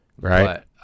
Right